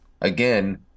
again